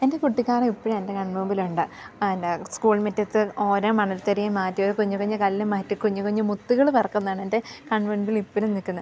എൻ്റെ കുട്ടിക്കാലം ഇപ്പോഴും എൻ്റെ കൺമുമ്പിലുണ്ട് ആ എൻ്റെ സ്കൂൾ മുറ്റത്ത് ഓരോ മണൽ തരിയും മാറ്റ് കുഞ്ഞു കുഞ്ഞ് കല്ലും മാറ്റി കുഞ്ഞു കുഞ്ഞ് മുത്തുകൾ പെറുക്കുന്നതാണെൻ്റെ കൺമുൻപിലിപ്പോഴും നിൽക്കുന്നത്